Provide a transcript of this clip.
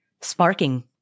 sparking